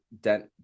dent